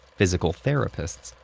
physical therapists,